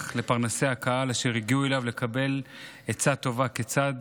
לפרנסי הקהל אשר הגיעו אליו לקבל עצה טובה כיצד